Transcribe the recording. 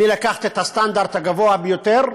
אני לקחתי את הסטנדרט הגבוה ביותר,